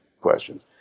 questions